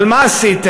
אבל מה עשיתם?